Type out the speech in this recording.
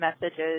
messages